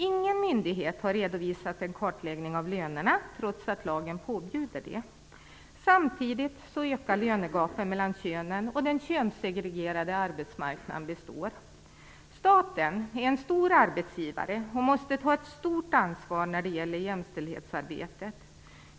Ingen myndighet har redovisat en kartläggning av lönerna trots att lagen påbjuder det. Samtidigt ökar lönegapet mellan könen, och den könssegregerade arbetsmarknaden består. Staten är en stor arbetsgivare som måste ta ett stort ansvar för jämställdhetsarbetet.